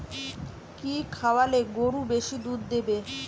কি খাওয়ালে গরু বেশি দুধ দেবে?